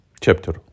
Chapter